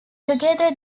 together